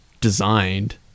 designed